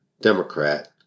Democrat